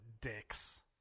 dicks